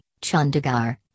Chandigarh